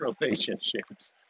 relationships